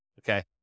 okay